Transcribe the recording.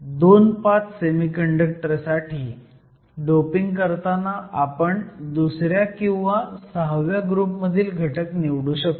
2 5 semiconductor साठी doping करताना आपण दुसऱ्या किवना सहाव्या ग्रुप मधील घटक निवडू शकतो